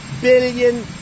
billion